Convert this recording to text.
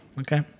Okay